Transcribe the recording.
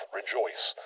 rejoice